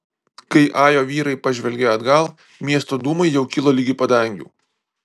kai ajo vyrai pažvelgė atgal miesto dūmai jau kilo ligi padangių